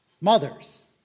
Mothers